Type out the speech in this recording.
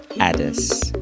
Addis